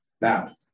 Now